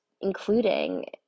including